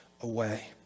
away